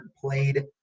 played